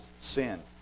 sin